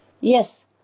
Yes